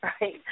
Right